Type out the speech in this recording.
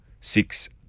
six